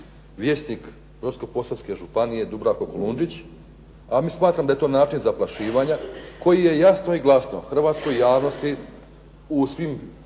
vijećnik Brodsko-posavske županije Dubravko Kujundžić, a mi smatramo da je to način zaplašivanja koji je jasno i glasno hrvatskoj javnosti u svim,